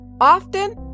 Often